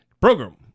Program